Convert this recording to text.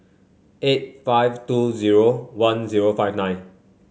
eight five two zero one zero five nine